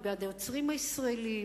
מי בעד היוצרים הישראלים,